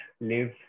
live